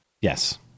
Yes